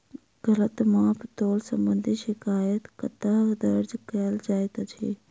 गलत माप तोल संबंधी शिकायत कतह दर्ज कैल जाइत अछि?